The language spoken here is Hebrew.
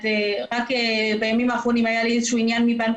רק בימים האחרונים היה לי איזה שהוא עניין מבנק